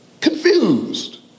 confused